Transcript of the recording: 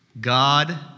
God